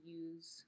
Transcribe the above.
use